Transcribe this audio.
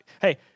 hey